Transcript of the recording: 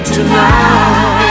Tonight